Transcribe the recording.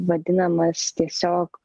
vadinamas tiesiog